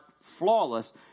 flawless